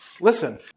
listen